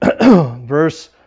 Verse